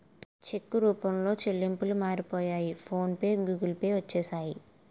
చెక్కు రూపంలో చెల్లింపులు మారిపోయి ఫోన్ పే గూగుల్ పే వచ్చేసాయి